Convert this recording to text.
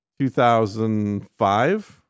2005